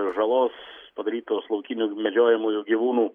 žalos padarytos laukinių medžiojamųjų gyvūnų